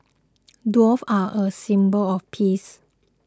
doves are a symbol of peace